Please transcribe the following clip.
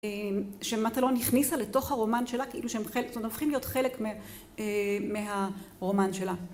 שמטלון הכניסה לתוך הרומן שלה, כאילו שהם חלק... הם הופכים להיות חלק מהרומן שלה.